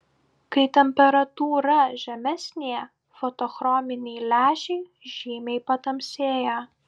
kai temperatūra žemesnė fotochrominiai lęšiai žymiai patamsėja